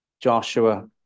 Joshua